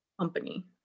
company